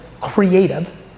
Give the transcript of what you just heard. creative